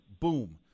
Boom